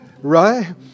right